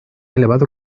elevado